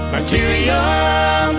Material